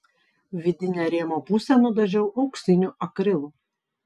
vidinę rėmo pusę nudažiau auksiniu akrilu